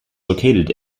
located